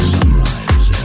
Sunrise